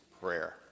prayer